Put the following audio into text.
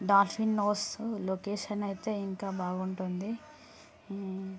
డార్సీనోస్ location అయితే ఇంకా బాగుంటుంది